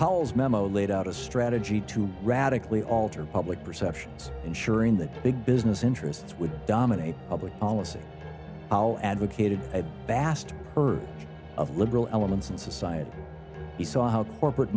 polls memo laid out a strategy to radically alter public perceptions ensuring that big business interests would dominate public policy oh advocated bassed heard of liberal elements in society he saw how corporate